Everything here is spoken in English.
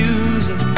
Music